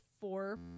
four